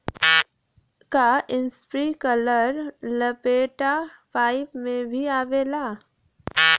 का इस्प्रिंकलर लपेटा पाइप में भी आवेला?